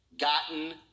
gotten